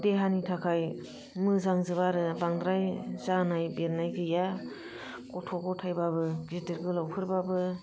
देहानि थाखाय मोजांजोब आरो बांद्राय जानाय बेरनाय गैया गथ' गथायबाबो गिदिर गोलावफोरबाबो